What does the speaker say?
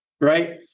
right